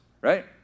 right